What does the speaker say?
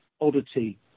oddity